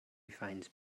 finds